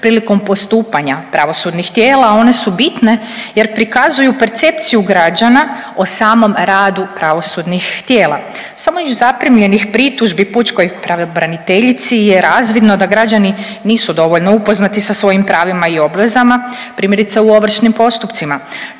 prilikom postupanja pravosudnih tijela, a one su bitne jer prikazuju percepciju građana o samom radu pravosudnih tijela. Samo iz zaprimljenih pritužbi pučkoj pravobraniteljici je razvidno da građani nisu dovoljno upoznati sa svojim pravima i obvezama, primjerice u ovršnim postupcima.